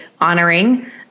honoring